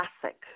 classic